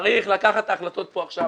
צריך לקחת את ההחלטות פה עכשיו.